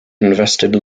invested